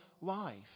life